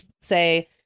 say